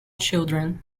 children